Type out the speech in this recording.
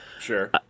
Sure